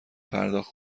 پرداخت